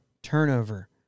turnover